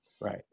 Right